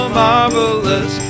marvelous